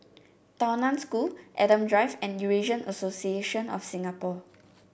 Tao Nan School Adam Drive and Eurasian Association of Singapore